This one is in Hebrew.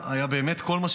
חבריי חברי הכנסת,